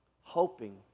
hoping